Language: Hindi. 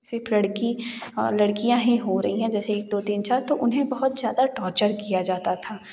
सिर्फ लड़की लड़कियाँ ही हो रही हैं जैसे एक दो तीन चार तो उन्हें बहुत ज़्यादा टॉर्चर किया जाता था